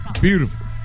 beautiful